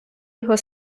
його